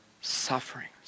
sufferings